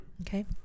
okay